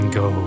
go